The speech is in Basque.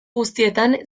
guztietan